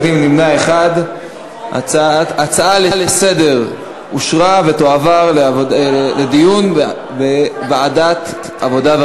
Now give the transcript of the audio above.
להצעה לסדר-היום ולהעביר את הנושא לוועדת העבודה,